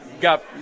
got –